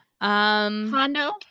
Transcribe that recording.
Hondo